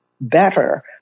better